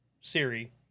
Siri